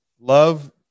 Love